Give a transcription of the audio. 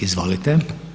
Izvolite.